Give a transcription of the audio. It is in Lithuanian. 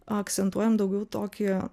akcentuojam daugiau tokį